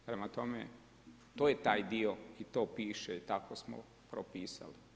Prema tome, to je taj dio i to piše, tako smo propisali.